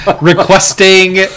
requesting